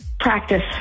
practice